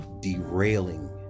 derailing